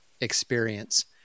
experience